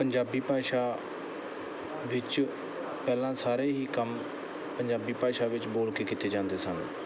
ਪੰਜਾਬੀ ਭਾਸ਼ਾ ਵਿੱਚ ਪਹਿਲਾਂ ਸਾਰੇ ਹੀ ਕੰਮ ਪੰਜਾਬੀ ਭਾਸ਼ਾ ਵਿੱਚ ਬੋਲ ਕੇ ਕੀਤੇ ਜਾਂਦੇ ਸਨ